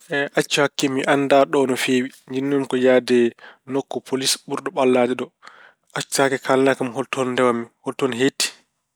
Accu hakke mi anndaa ɗo no feewi. Njiɗnoo-mo ko yahde nokku polis ɓurɗo ɓallaade ɗo. A accata hakke kaalna kam hol toon ndewammi? Hol toon hetti?